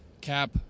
Cap